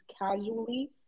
casually